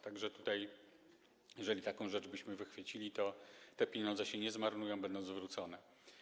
Tak że jeżeli taką rzecz byśmy wychwycili, to te pieniądze się nie zmarnują, będą zwrócone.